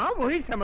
um what is um